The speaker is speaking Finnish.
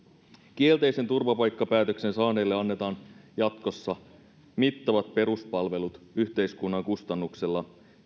kielteisen turvapaikkapäätöksen saaneille annetaan jatkossa mittavat peruspalvelut yhteiskunnan kustannuksella